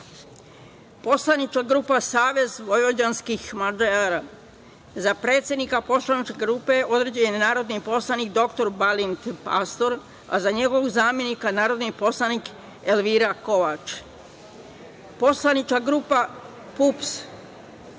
Poslanička grupa Savez vojvođanskih Mađara, za predsednika Poslaničke grupe određen je narodni poslanik dr Balint Pastor, a za njegovog zamenika narodni poslanik Elvira Kovač; Poslanička grupa PUPS